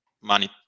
money